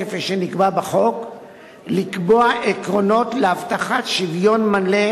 בכל חלקי הארץ כנגד קבוצות אוכלוסייה מגוונות,